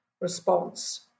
response